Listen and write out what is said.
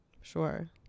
Sure